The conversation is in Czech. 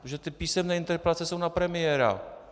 Protože ty písemné interpelace jsou na premiéra.